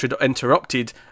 interrupted